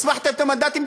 הצמחתם את המנדטים.